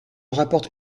rapporte